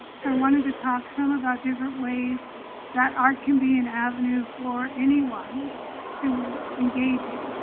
so i wanted to talk some about different ways that art can be an avenue for anyone to engage in.